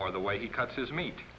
or the way he cuts his meat